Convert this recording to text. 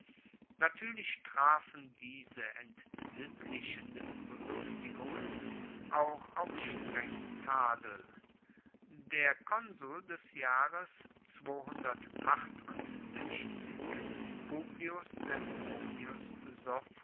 natuerlich trafen diese entsittlichenden belustigungen auch auf strengen tadel der konsul des jahres publius